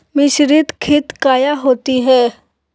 मिसरीत खित काया होती है?